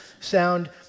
sound